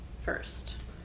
first